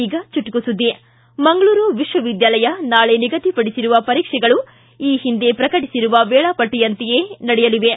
ಈಗ ಚುಟುಕು ಸುದ್ದಿ ಮಂಗಳೂರು ವಿಶ್ವವಿದ್ನಾಲಯ ನಾಳೆ ನಿಗದಿಪಡಿಸಿರುವ ಪರೀಕ್ಷೆಗಳು ಈ ಹಿಂದೆ ಪ್ರಕಟಿಸಿರುವ ವೇಳಾಪಟ್ಟಿಯಂತೆಯೇ ನಡೆಯಲಿವೆ